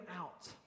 out